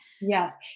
Yes